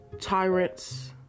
tyrants